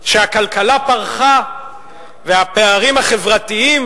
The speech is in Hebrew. שהכלכלה פרחה והפערים החברתיים